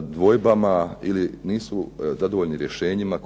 dvojbama ili nisu zadovoljni rješenjima